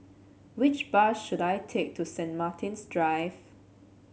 which bus should I take to Saint Martin's Drive